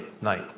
night